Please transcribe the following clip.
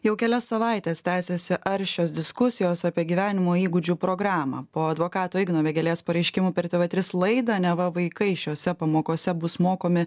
jau kelias savaites tęsiasi aršios diskusijos apie gyvenimo įgūdžių programą po advokato igno vėgėlės pareiškimų per tv trys laidą neva vaikai šiose pamokose bus mokomi